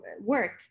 work